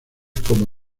como